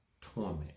torment